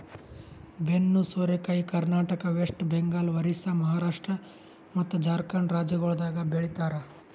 ಬೆನ್ನು ಸೋರೆಕಾಯಿ ಕರ್ನಾಟಕ, ವೆಸ್ಟ್ ಬೆಂಗಾಲ್, ಒರಿಸ್ಸಾ, ಮಹಾರಾಷ್ಟ್ರ ಮತ್ತ್ ಜಾರ್ಖಂಡ್ ರಾಜ್ಯಗೊಳ್ದಾಗ್ ಬೆ ಳಿತಾರ್